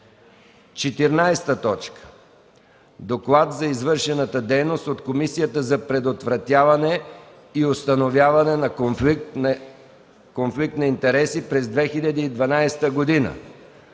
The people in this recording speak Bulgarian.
14. Доклад за извършената дейност от Комисията за предотвратяване и установяване на конфликт на интереси през 2012 г.